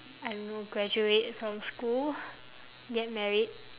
I don't know graduate from school get married